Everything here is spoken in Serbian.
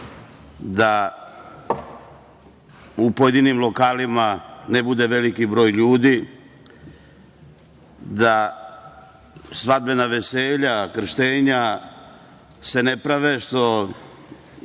da u pojedinim lokalima ne bude veliki broj ljudi, da svadbena veselja, krštenja se ne prave, što